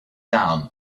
down